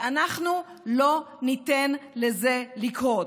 ואנחנו לא ניתן לזה לקרות.